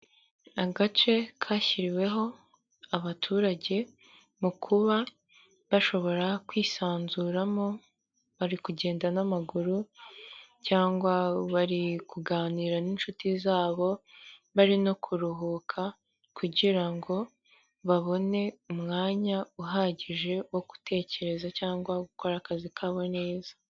Agace kashyiriweho abaturage mu kuba bashobora kwisanzuramo bari kugenda n'amaguru cyangwa bari kuganira n'inshuti zabo, bari no kuruhuka kugira ngo babone umwanya uhagije wo gutekereza cyangwa gukora akazi kabo neza.